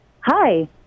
Hi